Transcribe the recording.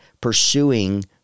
pursuing